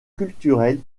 culturelle